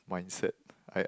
mindset I